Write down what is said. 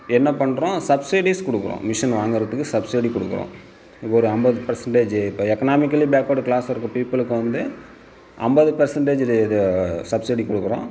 என்ன பண்ணுறோம் சப்சீடிஸ் கொடுக்குறோம் மிஷின் வாங்கிறதுக்கு சப்சீடி கொடுக்குறோம் ஒரு ஐம்பது பர்சன்ட்டேஜ் இப்போ எக்கனாமிக்கலி பேக்வேர்ட் கிளாஸ் பீப்புளுக்கு வந்து ஐம்பது பர்சன்ட்டேஜ் இது சப்சீடி கொடுக்குறோம்